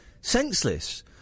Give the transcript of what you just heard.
senseless